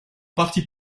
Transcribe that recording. partie